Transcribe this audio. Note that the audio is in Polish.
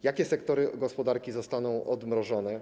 Jakie sektory gospodarki zostaną odmrożone?